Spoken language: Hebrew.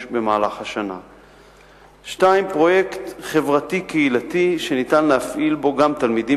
במהלך השנה; 2. פרויקט חברתי קהילתי שאפשר להפעיל בו גם תלמידים